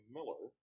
Miller